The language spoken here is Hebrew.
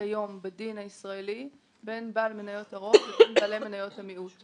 כיום בדין הישראלי בין בעל מניות הרוב לבין בעלי מניות המיעוט.